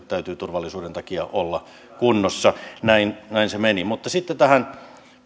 täytyy turvallisuuden takia olla kunnossa näin näin se meni sitten tähän